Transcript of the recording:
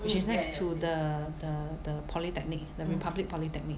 which is next to the the the polytechnic the Republic Polytechnic